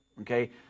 Okay